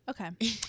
okay